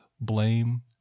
blame